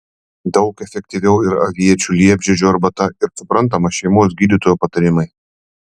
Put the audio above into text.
daug efektyviau yra aviečių liepžiedžių arbata ir suprantama šeimos gydytojo patarimai